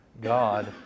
God